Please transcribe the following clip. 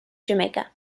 jamaica